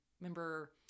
remember